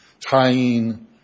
tying